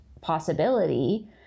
possibility